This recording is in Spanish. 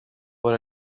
por